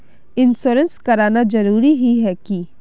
Insurance कराना जरूरी ही है की?